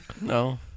No